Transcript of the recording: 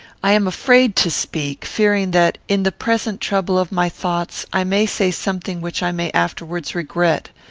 i am afraid to speak fearing that, in the present trouble of my thoughts, i may say something which i may afterwards regret,